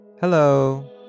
Hello